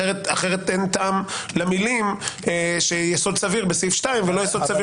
אחרת אין טעם למילים יסוד סביר בסעיף 2 והן אינן בסעיף